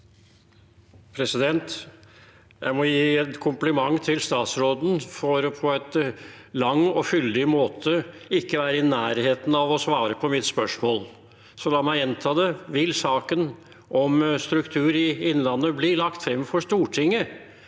Jeg må gi et kompli- ment til statsråden for at hun på en lang og fyldig måte ikke var i nærheten av å svare på mitt spørsmål, så da må jeg gjenta det: Vil saken om struktur i Innlandet bli lagt frem for Stortinget,